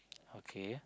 okay